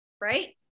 right